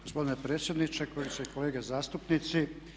Gospodine predsjedniče, kolegice i kolege zastupnici.